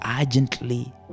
urgently